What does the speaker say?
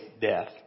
death